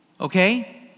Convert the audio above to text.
Okay